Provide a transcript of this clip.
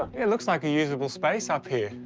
it looks like a useable space up here.